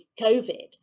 Covid